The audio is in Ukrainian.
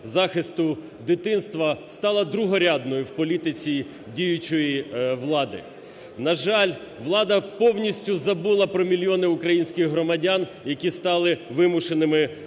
дитинства стала другорядною в політиці діючої влади. На жаль, влада повністю забули про мільйони українських громадян, які стали вимушеними